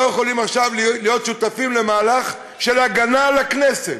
יכולים עכשיו להיות שותפים למהלך של הגנה על הכנסת,